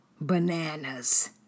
Bananas